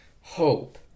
hope